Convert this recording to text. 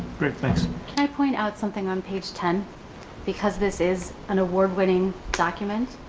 great, thanks. can i point out something on page ten because this is an award winning documents.